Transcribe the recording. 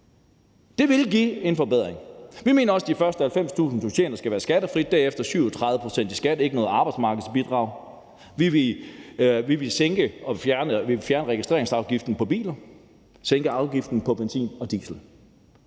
Det vil give en forbedring. Vi mener også, at de første 90.000 kr., du tjener, skal være skattefri. Derefter skal der betales 37 pct. i skat, og der skal ikke være noget arbejdsmarkedsbidrag. Vi vil fjerne registreringsafgiften på biler og sænke afgiften på benzin og diesel.